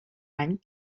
any